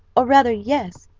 or rather, yes,